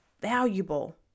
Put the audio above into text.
valuable